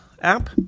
app